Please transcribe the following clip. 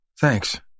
Thanks